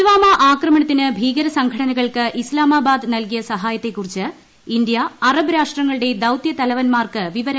പുൽവാമ ആക്രമണത്തിന് ഭീകര സംഘടനകൾക്ക് ഇസ്താമാബാദ് നൽകിയ സഹായത്തെക്കു്രിച്ച്ഇന്ത്യ അറബ് രാഷ്ട്രങ്ങളുടെ ദൌത്യതലവന്മാർക്ക് വിവ്വരങ്ങൾ നൽകി